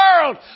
world